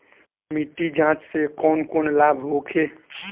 मिट्टी जाँच से कौन कौनलाभ होखे?